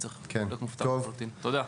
תודה.